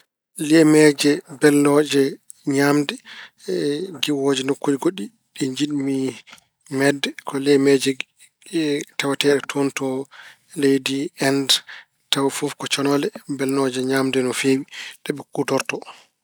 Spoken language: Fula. Liyameeje belnooje ñaamde giwooje nokkuuji goɗɗi ɗi njiɗmi meeɗde ko liyameeje tawateeɗe toon to leydi End, tawa fof ko coneele belnooje ñaamde no feewi ɗe ɓe kuutorto.